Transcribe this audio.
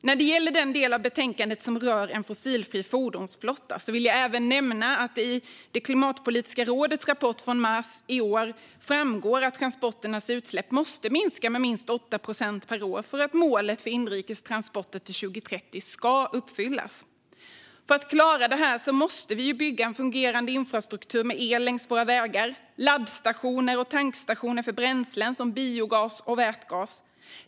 När det gäller den del av betänkandet som rör en fossilfri fordonsflotta vill jag även nämna att det i Klimatpolitiska rådets rapport från mars i år framgår att transporternas utsläpp måste minska med minst 8 procent per år för att målet för inrikes transporter till 2030 ska uppfyllas. För att klara detta måste vi bygga en fungerande infrastruktur med el längs våra vägar, laddstationer samt tankstationer för bränslen som biogas och vätgas.